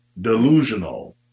delusional